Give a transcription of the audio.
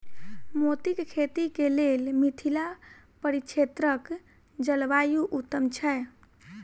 मोतीक खेती केँ लेल मिथिला परिक्षेत्रक जलवायु उत्तम छै?